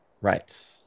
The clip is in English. Right